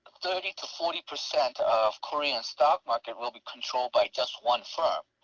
thirty to forty percent of korean stock market will be controlled by just one firm.